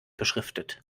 beschriftet